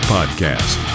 Podcast